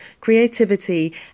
creativity